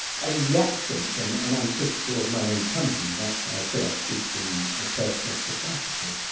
and the absence in, and i'm critical of my own company. that's why i said i speak in a personal capacity,